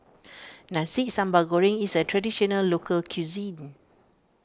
Nasi Sambal Goreng is a Traditional Local Cuisine